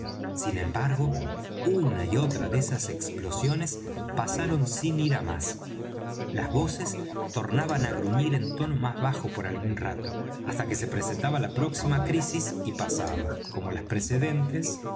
sin embargo una y otra de esas explosiones pasaron sin ir á más las voces tornaban á gruñir en tono más bajo por algún rato hasta que se presentaba la próxima crisis y pasaba como las precedentes